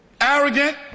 arrogant